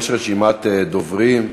יש רשימת דוברים.